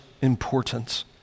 importance